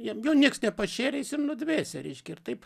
jam jo niekas nepašėrė jis ir nudvėsė reiškia ir taip